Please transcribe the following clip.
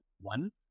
One